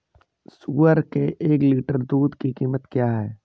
सुअर के एक लीटर दूध की कीमत क्या है?